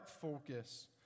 focus